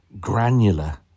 granular